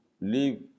leave